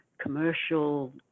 commercial